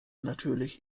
natürlich